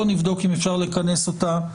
נבדוק אם אפשר לכנס אותה.